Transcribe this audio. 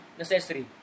necessary